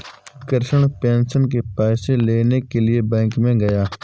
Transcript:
Krishna pension के पैसे लेने के लिए बैंक में गया